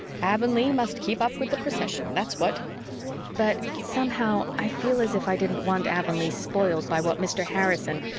avonlea must keep up with the procession, that's what but somehow i feel as if i didn't want avonlea spoiled by what mr. harrison,